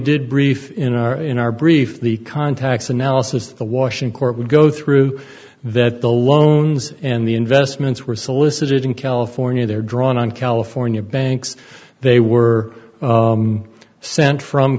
did brief in our in our brief the contacts analysis the washin court would go through that the loans and the investments were solicited in california they're drawn on california banks they were sent from